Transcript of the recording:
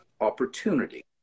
opportunity